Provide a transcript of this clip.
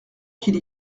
qu’il